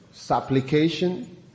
Supplication